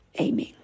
Amen